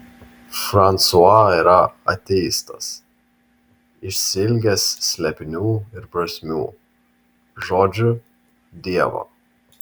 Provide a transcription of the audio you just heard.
fransua yra ateistas išsiilgęs slėpinių ir prasmių žodžiu dievo